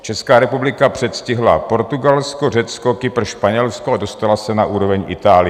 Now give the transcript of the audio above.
Česká republika předstihla Portugalsko, Řecko, Kypr, Španělsko a dostala se na úroveň Itálie.